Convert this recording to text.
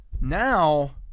Now